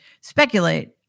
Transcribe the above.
speculate